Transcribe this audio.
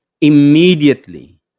immediately